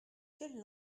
quelle